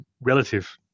relative